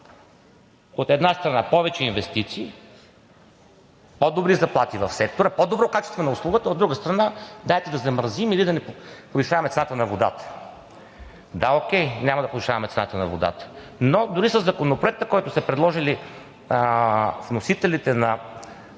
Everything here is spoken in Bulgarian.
от една страна, повече инвестиции, по-добри заплати в сектора, по-добро качество на услугата, а от друга страна – дайте да замразим или да не повишаваме цената на водата. Да, окей, няма да повишаваме цената на водата. Но дори със Законопроекта, който са предложили вносителите на